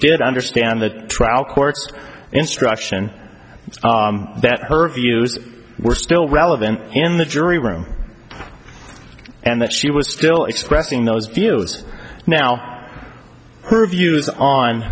did understand the trial court's instruction that her views were still relevant in the jury room and that she was still expressing those deals now her views on